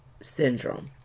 syndrome